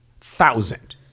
thousand